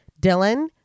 Dylan